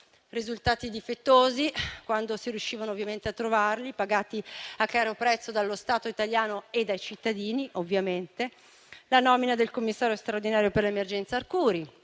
risultati difettosi - quando si riuscivano ovviamente a trovare - pagati a caro prezzo dallo Stato italiano e dai cittadini ovviamente; la nomina del commissario straordinario per l'emergenza Arcuri;